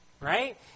Right